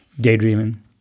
daydreaming